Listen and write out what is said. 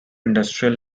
industrial